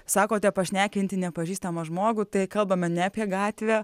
sakote pašnekinti nepažįstamą žmogų tai kalbame ne apie gatvę